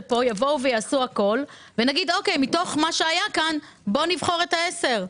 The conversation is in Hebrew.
שיבואו לכאן ויעשו הכול ונגיד: מתוך מה שהיה כאן בואו נבחר את העשר.